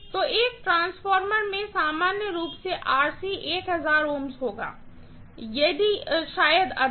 तो एक ट्रांसफार्मर में सामान्य रूप से 1000 Ω होगा शायद अधिक